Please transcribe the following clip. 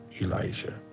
Elijah